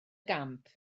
gamp